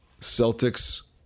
Celtics